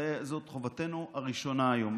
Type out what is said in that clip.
זאת חובתנו הראשונה היום.